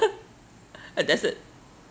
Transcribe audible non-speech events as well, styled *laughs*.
*laughs* uh that's it